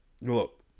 look